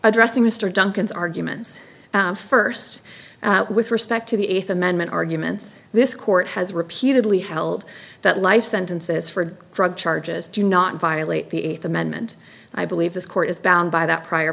addressing mr duncan's arguments first with respect to the eighth amendment arguments this court has repeatedly held that life sentences for drug charges do not violate the eighth amendment i believe this court is bound by that prior